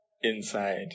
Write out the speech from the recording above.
inside